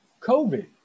COVID